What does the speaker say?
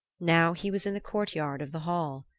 now he was in the courtyard of the hall.